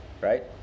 right